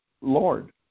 Lord